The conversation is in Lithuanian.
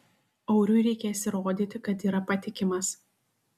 auriui reikės įrodyti kad yra patikimas